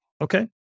Okay